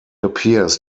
appears